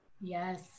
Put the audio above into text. Yes